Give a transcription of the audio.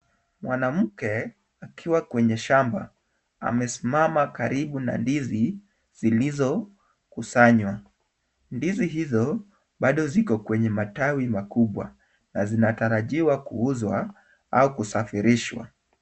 Mwanamke akiwa kwenye shamba amesimama karibu na ndizi zilizokusanywa. Ndizi hizo bado ziko kwenye matawi makubwa na zinatarajiwa kuuzwa au kusafirishwa.